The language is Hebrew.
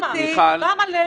למה?